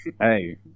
hey